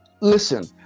listen